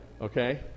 Okay